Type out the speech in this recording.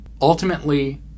ultimately